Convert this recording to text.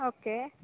okay